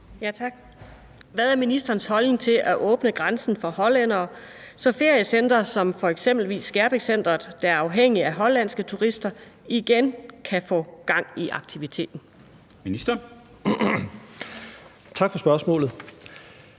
(V): Tak. Hvad er ministerens holdning til at åbne grænsen for hollændere, så feriecentre som eksempelvis Skærbækcentret, der er afhængigt af hollandske turister, igen kan få gang i aktiviteten? Kl. 13:39 Formanden